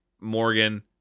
Morgan